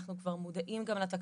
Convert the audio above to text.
אנחנו כבר מודעים גם לתקלות.